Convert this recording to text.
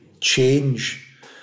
change